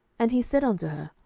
and he said unto her,